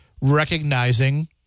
recognizing